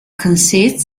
consists